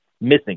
missing